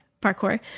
parkour